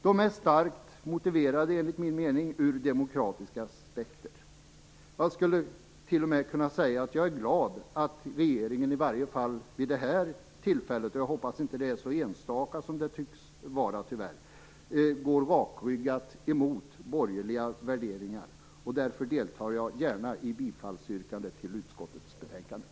De är, enligt min mening, starkt motiverade ur demokratiska aspekter. Jag skulle t.o.m. kunna säga att jag är glad att regeringen i varje fall vid det här tillfället - jag hoppas att det inte är så enstaka som det tyvärr tycks vara - rakryggat går emot borgerliga värderingar. Därför deltar jag gärna i bifallsyrkandet till utskottets betänkande.